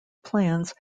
plans